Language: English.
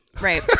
Right